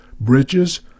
bridges